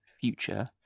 future